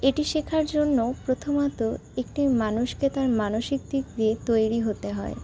এটি শেখার জন্য প্রথমত একটি মানুষকে তার মানসিক দিক দিয়ে তৈরি হতে হয়